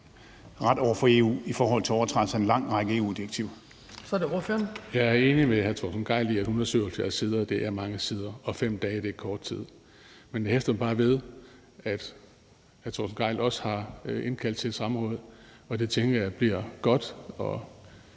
Jeg er enig med hr. Torsten Gejl i, at 177 sider er mange sider, og at 5 dage er kort tid. Jeg hæfter mig bare ved, at hr. Torsten Gejl også har indkaldt til et samråd, og jeg tænker, at det bliver godt